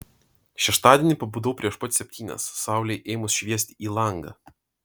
šeštadienį pabudau prieš pat septynias saulei ėmus šviesti į langą